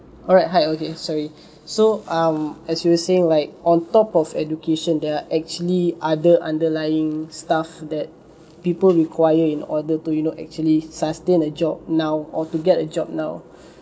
alright hi okay sorry so um as you were saying like on top of education there are actually other underlying stuff that people require in order to you know actually sustain a job now or to get a job now